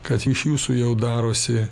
kad iš jūsų jau darosi